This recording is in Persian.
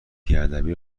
بیادبی